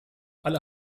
alle